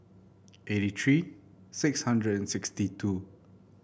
eighty three six hundred and sixty two